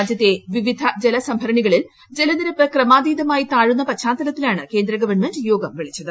രാജ്യത്തെ വിവിധ ജല സംഭരണികളിൽ ജലനിരപ്പ് ക്രമാതീതമായി താഴുന്ന പശ്ചാത്തലത്തിലാണ് കേന്ദ്ര ഗവൺമെന്റ് യോഗം വിളിച്ചത്